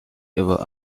ever